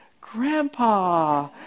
Grandpa